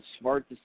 smart